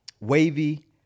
wavy